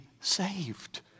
saved